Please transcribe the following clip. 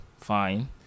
Fine